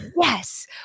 Yes